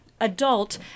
adult